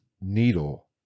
needle